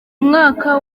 mwaka